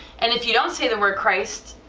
and if you don't say the word christ.